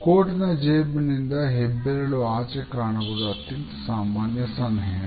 ಕೋಟಿನ ಜೇಬಿನಿಂದ ಹೆಬ್ಬೆರಳು ಆಚೆ ಕಾಣುವುದು ಅತ್ಯಂತ ಸಾಮಾನ್ಯ ಸನ್ಹೆ